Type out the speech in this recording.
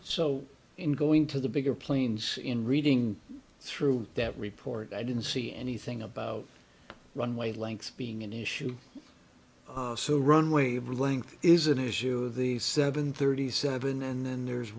so in going to the bigger planes in reading through that report i didn't see anything about runway lengths being an issue so run wavelength is an issue of the seven thirty seven and then there's